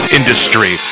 industry